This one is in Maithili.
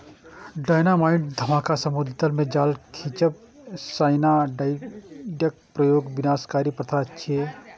डायनामाइट धमाका, समुद्री तल मे जाल खींचब, साइनाइडक प्रयोग विनाशकारी प्रथा छियै